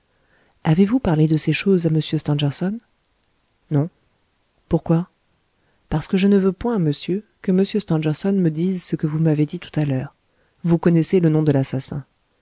avez-vous parlé de ces choses à m stangerson non pourquoi parce que je ne veux point monsieur que m stangerson me dise ce que vous m'avez dit tout à l'heure vous connaissez le nom de l'assassin